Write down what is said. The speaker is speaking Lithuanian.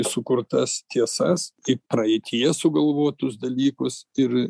sukurtas tiesas kaip praeityje sugalvotus dalykus ir